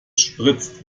spritzt